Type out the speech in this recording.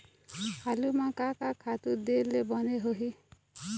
आलू म का का खातू दे ले बने होही?